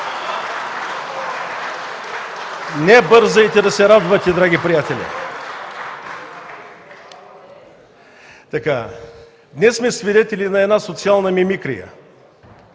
Не бързайте да се радвате, драги приятели. Днес сме свидетели на една социална мимикрия.